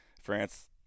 France